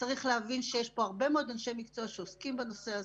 צריך להבין שיש פה הרבה מאוד אנשי מקצוע שעוסקים בנושא הזה,